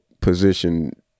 position